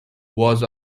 was